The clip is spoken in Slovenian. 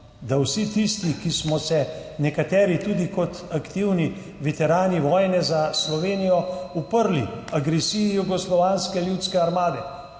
vse tiste, ki smo se, nekateri tudi kot aktivni veterani vojne za Slovenijo, uprli agresiji Jugoslovanske ljudske armade,